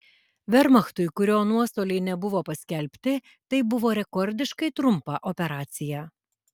vermachtui kurio nuostoliai nebuvo paskelbti tai buvo rekordiškai trumpa operacija